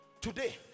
Today